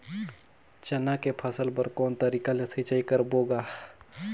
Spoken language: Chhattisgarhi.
चना के फसल बर कोन तरीका ले सिंचाई करबो गा?